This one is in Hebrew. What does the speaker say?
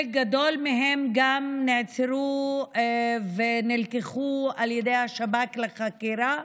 גדול מהם גם נעצרו ונלקחו על ידי השב"כ לחקירה.